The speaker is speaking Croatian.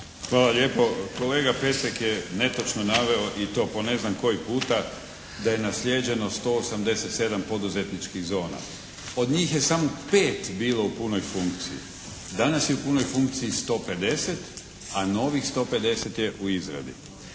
Hvala lijepo. Kolega Pecek je netočno naveo i to po ne znam koji puta da je naslijeđeno 187 poduzetničkih zona. Od njih je samo pet bilo u punoj funkciji. Danas je u punoj funkciji 150 a novih 150 je u izradi.